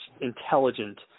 intelligent